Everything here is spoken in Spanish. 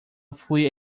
fue